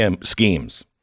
schemes